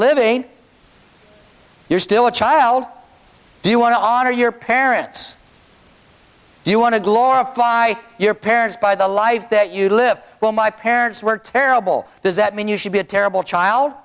living you're still a child do you want to honor your parents do you want to glorify your parents by the life that you live well my parents were terrible does that mean you should be a terrible child